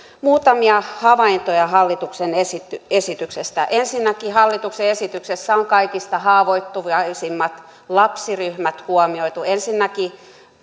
muutamia havaintoja hallituksen esityksestä ensinnäkin hallituksen esityksessä on kaikista haavoittuvaisimmat lapsiryhmät huomioitu ensinnäkin